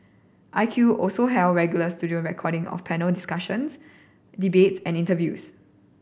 I Q also held regular studio recording of panel discussions debates and interviews